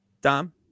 Dom